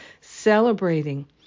celebrating